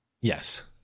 yes